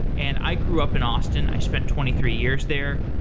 and i grew up in austin. i spent twenty three years there.